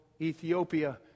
Ethiopia